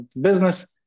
business